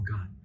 God